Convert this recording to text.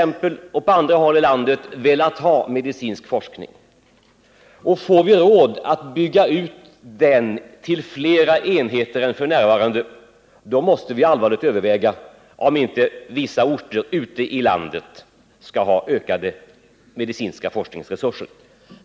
Man har velat få medicinsk forskning t.ex. i Örebro men också på andra håll i landet. Får vi råd att bygga ut den medicinska forskningen med nya enheter utöver de nuvarande, måste vi allvarligt överväga om inte vissa orter ute i landet skall få del av dessa tillkommande forskningsresurser.